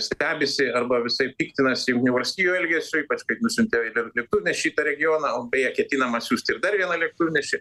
stebisi arba visaip piktinasi jungtinių valstijų elgesiu ypač kaip nusiuntė dar lėktuvnešį į tą regioną o beje ketinama siųsti ir dar vieną lėktuvnešį